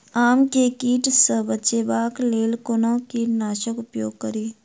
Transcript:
आम केँ कीट सऽ बचेबाक लेल कोना कीट नाशक उपयोग करि?